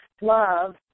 love